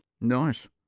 Nice